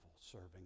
serving